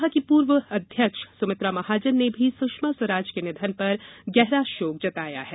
लोकसभा की पूर्व अध्यक्ष सुमित्रा महाजन ने भी सुषमा स्वराज के निधन पर गहरा शोक जताया है